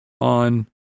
on